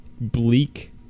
bleak